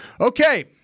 Okay